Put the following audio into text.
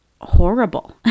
horrible